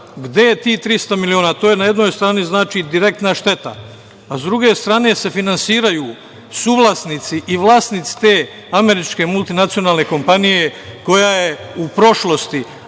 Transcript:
gde je tih 300 miliona? Na jednoj strani, to je direktna šteta. S druge strane, finansiraju se suvlasnici i vlasnici te američke multinacionalne kompanije koja je u prošlosti,